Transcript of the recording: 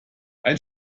ein